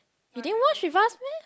you didn't watch with us meh